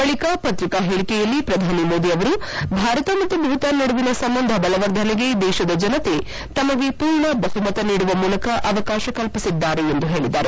ಬಳಿಕ ಪ್ರಿಕಾ ಹೇಳಿಕೆಯಲ್ಲಿ ಶ್ರಧಾನಿ ಮೋದಿ ಅವರು ಭಾರತ ಮತ್ತು ಭೂತಾನ್ ನಡುವಿನ ಸಂಬಂಧ ಬಲವರ್ಧನೆಗೆ ದೇಶದ ಜನತೆ ತಮಗೆ ಪೂರ್ಣ ಬಹುಮತ ನೀಡುವ ಮೂಲಕ ಅವಕಾಶ ಕಲ್ಪಿಸಿದ್ದಾರೆ ಎಂದು ಹೇಳಿದರು